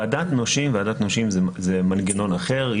ועדת נושים זה מנגנון אחר.